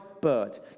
bird